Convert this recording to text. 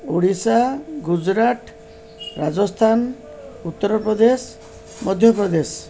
Odisha Gujarat Rajasthan Uttar Pradesh Madhya Pradesh